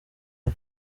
ari